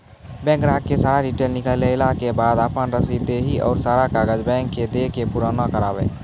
Bank ग्राहक के सारा डीटेल निकालैला के बाद आपन रसीद देहि और सारा कागज बैंक के दे के पुराना करावे?